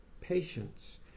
patience